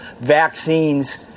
vaccines